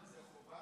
זה חובה?